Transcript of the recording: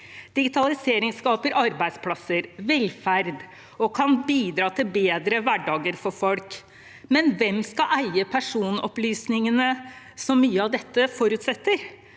Digitalisering skaper arbeidsplasser og velferd og kan bidra til bedre hverdager for folk. Men hvem skal eie personopplysningene som mye av dette forutsetter?